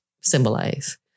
symbolize